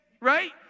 right